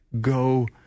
go